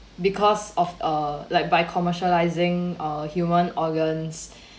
because of uh like by commercialising uh human organs